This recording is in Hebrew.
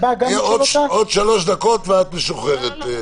עוד שלוש דקות ואת משוחררת.